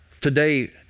Today